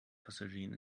passagieren